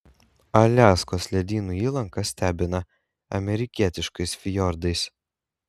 aliaskos ledynų įlanka stebina amerikietiškais fjordais